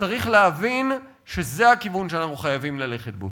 צריך להבין שזה הכיוון שאנחנו חייבים ללכת בו.